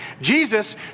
Jesus